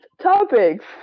topics